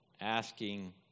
asking